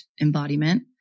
embodiment